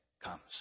comes